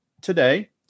today